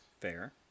fair